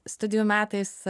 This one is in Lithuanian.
studijų metais